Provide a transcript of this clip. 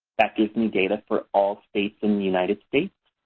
that gives me data for all states in the united states.